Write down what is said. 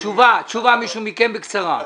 תשובה של מישהו מכם בקצרה.